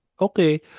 okay